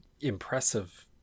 impressive